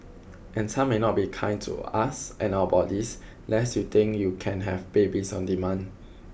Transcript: and time may not be kind to us and our bodies that's you think you can have babies on demand